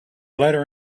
letter